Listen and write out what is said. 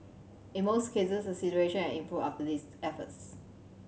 in most cases the situation had improved after these efforts